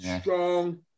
strong